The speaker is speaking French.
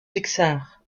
pixar